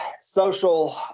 social